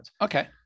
okay